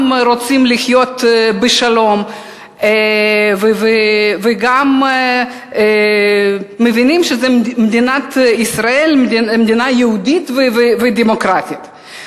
רוצים לחיות בשלום וגם מבינים שמדינת ישראל היא מדינה יהודית ודמוקרטית.